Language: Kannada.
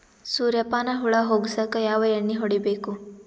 ಸುರ್ಯಪಾನ ಹುಳ ಹೊಗಸಕ ಯಾವ ಎಣ್ಣೆ ಹೊಡಿಬೇಕು?